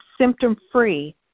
symptom-free